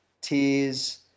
tears